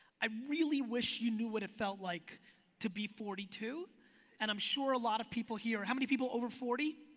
i really wish you knew what it felt like to be forty two and i'm sure a lot of people here. how many people here over forty?